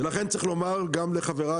לכן צריך לומר גם לחבריי,